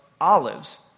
olives